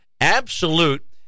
absolute